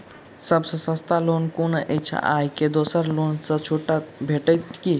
सब सँ सस्ता लोन कुन अछि अहि मे दोसर लोन सँ छुटो भेटत की?